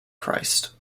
christ